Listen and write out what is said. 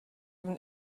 even